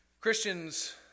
Christians